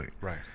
right